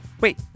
wait